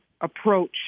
approach